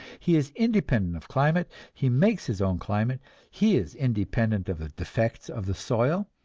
he is independent of climate, he makes his own climate he is independent of the defects of the soil,